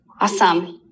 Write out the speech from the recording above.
Awesome